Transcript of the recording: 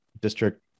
District